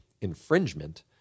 infringement